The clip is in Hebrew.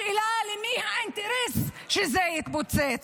השאלה היא של מי האינטרס שזה יתפוצץ.